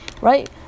Right